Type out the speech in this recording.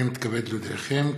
הינני מתכבד להודיעכם,